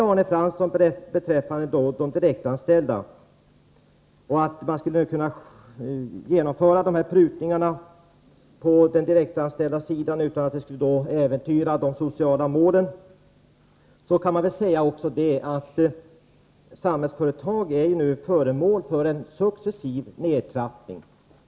Arne Fransson sade beträffande de direktanställda att man skulle genomföra dessa prutningar bland de direktanställda utan att det skulle äventyra de sociala målen. Samhällsföretag är föremål för en successiv nedtrappning.